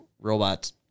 robots